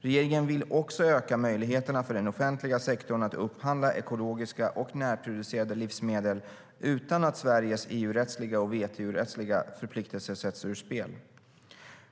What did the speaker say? Regeringen vill också öka möjligheterna för den offentliga sektorn att upphandla ekologiska och närproducerade livsmedel utan att Sveriges EU-rättsliga och WTO-rättsliga förpliktelser sätts ur spel.